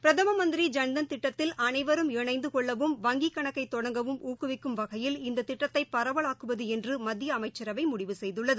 பிரதம மந்திரி ஜன்தன் திட்டத்தில் அனைவரும் இணைந்து கொள்ளவும் வங்கி கணக்கை தொடங்கவும் ஊக்குவிக்கும் வகையில் இந்த திட்டத்தை பரவலாக்குவது என்று மத்திய அமைச்சரவை முடிவு செய்துள்ளது